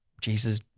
Jesus